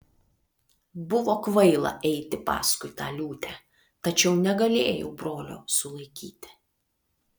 buvo kvaila eiti paskui tą liūtę tačiau negalėjau brolio sulaikyti